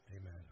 Amen